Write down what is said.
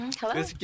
Hello